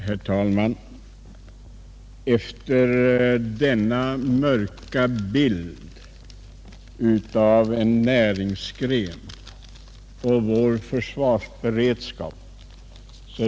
Herr talman! Det har nu målats en mörk bild av en näringsgren och av vår försvarsberedskap.